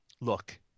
look